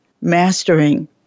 mastering